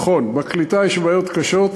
נכון, בקליטה יש בעיות קשות.